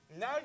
now